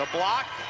block,